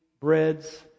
breads